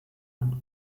und